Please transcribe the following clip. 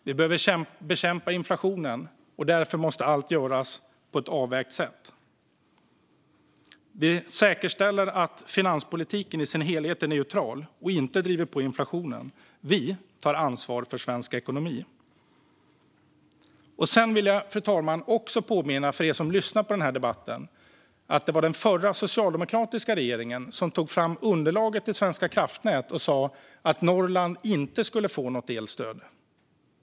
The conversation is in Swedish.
Vi behöver bekämpa inflationen, och därför måste allt göras på ett avvägt sätt. Vi säkerställer att finanspolitiken i sin helhet är neutral och inte driver på inflationen. Vi tar ansvar för svensk ekonomi. Fru talman! För dem som lyssnar på den här debatten vill jag också påminna om att det var den förra, socialdemokratiska regeringen som tog fram underlaget till Svenska kraftnät och sa att Norrland inte skulle få något elstöd.